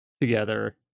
together